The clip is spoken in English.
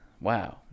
Wow